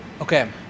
Okay